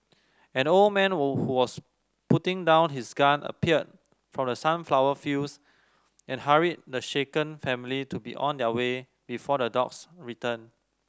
an old man who was putting down his gun appeared from the sunflower fields and hurried the shaken family to be on their way before the dogs return